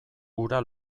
gura